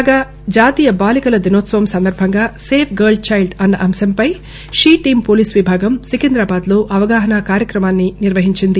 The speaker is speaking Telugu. కాగా జాతీయ బాలికల దినోత్సవం సందర్భంగా సేవ్ గర్ల్ చైల్డ్ అన్న అంశంపై షీటీమ్ పోలీసు విభాగం సికింద్రాబాద్లో అవగాహన కార్యక్రమం నిర్వహించింది